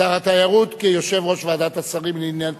שר התיירות, כיושב-ראש ועדת השרים לעניין טקסים,